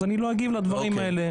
אז לא אגיב לדברים האלה.